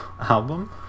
album